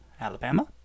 alabama